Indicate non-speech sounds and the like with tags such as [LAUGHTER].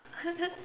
[LAUGHS]